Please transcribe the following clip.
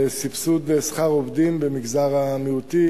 בסבסוד שכר עובדים במגזר המיעוטים,